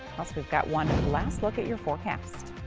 plus, we've got one last look at your forecast.